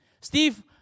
Steve